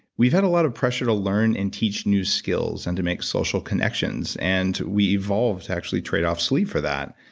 we've had a lot of pressure to learn and teach new skills and to make social connections, and we evolved to actually trade off sleep for that,